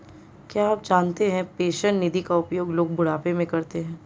क्या आप जानते है पेंशन निधि का प्रयोग लोग बुढ़ापे में करते है?